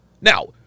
Now